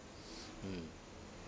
mm